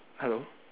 hello